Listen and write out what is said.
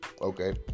Okay